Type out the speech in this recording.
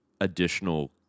additional